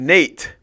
Nate